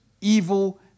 Evil